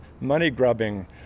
money-grubbing